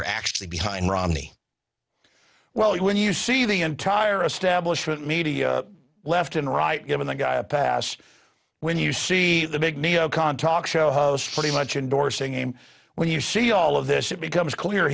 are actually behind romney well when you see the entire establishment media left and right given the guy a pass when you see the big talk show host pretty much endorsing him when you see all of this it becomes clear